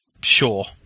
Sure